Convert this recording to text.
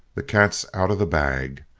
the cat's out of the bag.